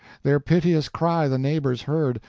their piteous cry the neighbors heard,